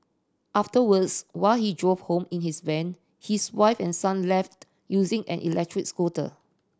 afterwards while he drove home in his van his wife and son left using an electric scooter